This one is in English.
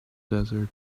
desert